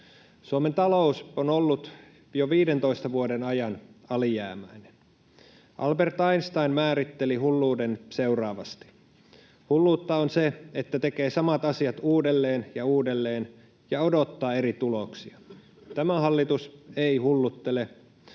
Suomen talous on ollut jo 15 vuoden ajan alijäämäinen. Albert Einstein määritteli hulluuden seuraavasti: ”Hulluutta on se, että tekee samat asiat uudelleen ja uudelleen ja odottaa eri tuloksia.” Tämä hallitus ei hulluttele,